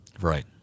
Right